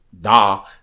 Da